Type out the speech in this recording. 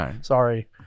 Sorry